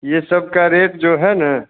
ये सब का रेट जो है ना